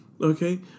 Okay